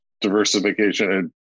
diversification